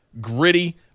gritty